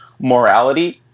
morality